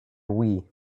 wii